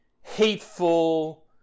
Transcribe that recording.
hateful